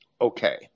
Okay